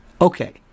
Okay